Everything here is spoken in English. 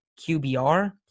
QBR